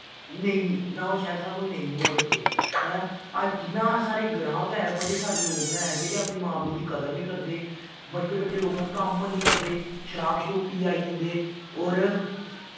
नेईं इं'दे कोला साढ़े कोल नेईं होऐ बच्चे हैं अज्ज इ'यां साढ़े ग्रांऽ गै बड़े सारे लोग न जेह्ड़े अपने मां प्यो दी कदर निं करदे बड्डे बड्डे लोग न कम्म निं करदे शराब शरूब पीयै आई जंदे होर